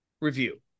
review